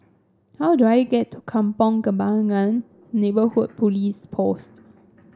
how do I get to Kampong Kembangan Neighbourhood Police Post